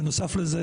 בנוסף לזה,